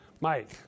Mike